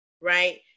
right